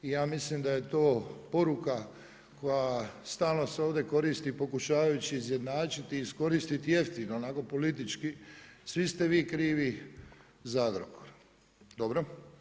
Ja mislim da je to poruka koja stalno ovdje se koristi, pokušavajući izjednačiti i iskoristiti jeftino, onako politički, svi ste vi krivi za Agrokor, dobro.